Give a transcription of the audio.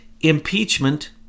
Impeachment